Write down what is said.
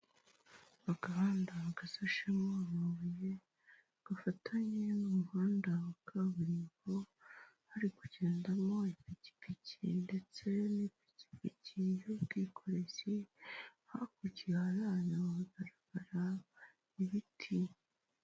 Agahanda gasashemo amabuye gafatanye n'umuhanda wa kaburimbo, hari kugendamo ipikipiki ndetse n'ipikipiki y'ubwikorezi hakurya yayo hagaragara ibiti.